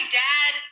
dad